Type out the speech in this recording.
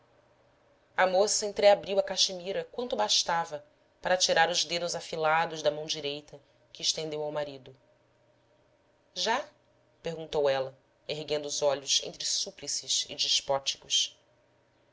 a moça entreabriu a caxemira quanto bastava para tirar os dedos afilados da mão direita que estendeu ao marido já perguntou ela erguendo os olhos entre súplices e